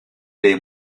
les